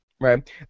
right